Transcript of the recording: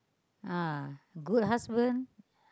ah good husband